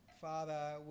Father